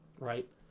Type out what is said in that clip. Right